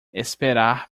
esperar